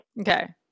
okay